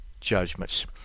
judgments